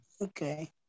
Okay